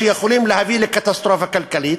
שיכולים להביא לקטסטרופה כלכלית: